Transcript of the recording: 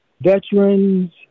veterans